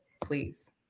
Please